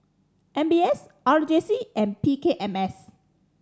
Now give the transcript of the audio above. M B S R J C and P K M S